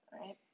Right